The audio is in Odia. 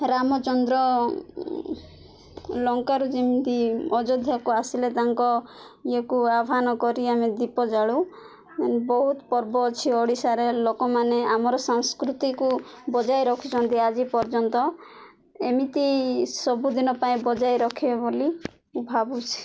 ରାମଚନ୍ଦ୍ର ଲଙ୍କାରୁ ଯେମିତି ଅଯୋଧ୍ୟାକୁ ଆସିଲେ ତାଙ୍କ ଇଏକୁ ଆହ୍ୱାନ କରି ଆମେ ଦୀପ ଜାଳୁ ବହୁତ ପର୍ବ ଅଛି ଓଡ଼ିଶାରେ ଲୋକମାନେ ଆମର ସାଂସ୍କୃତିକୁ ବଜାୟ ରଖିଛନ୍ତି ଆଜି ପର୍ଯ୍ୟନ୍ତ ଏମିତି ସବୁଦିନ ପାଇଁ ବଜାୟ ରଖିବେ ବୋଲି ମୁଁ ଭାବୁଛି